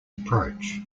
approach